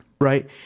Right